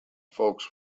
folks